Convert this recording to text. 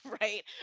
right